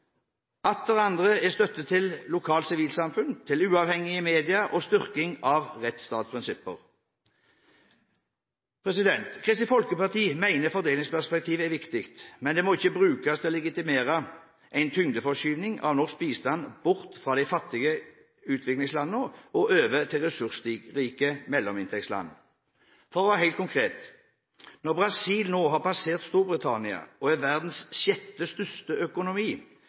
er støtte til lokalt sivilsamfunn, til uavhengige media og til styrking av rettsstatsprinsipper. Kristelig Folkeparti mener fordelingsperspektivet er viktig, men det må ikke brukes til å legitimere en tyngdeforskyvning av norsk bistand; bort fra de fattige utviklingslandene og over til ressursrike mellominntektsland. For å være helt konkret: Når Brasil nå har passert Storbritannia og er verdens sjette største økonomi,